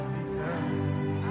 eternity